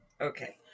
Okay